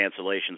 cancellations